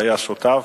שהיה שותף,